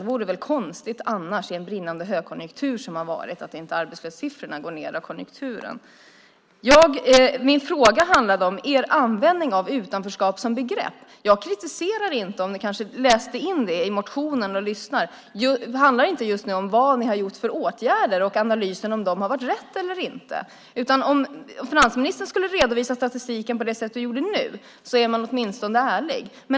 Det vore väl konstigt annars med den brinnande högkonjunktur som har varit. Arbetslöshetssiffrorna går ned i högkonjunktur. Min fråga handlade om er användning av utanförskap som begrepp. Jag kritiserade inte det. Det handlar inte om vilka åtgärder ni har gjort och analysen av om de har varit riktiga eller inte. Om finansministern redovisar statistiken på samma sätt som nu är det åtminstone ärligt.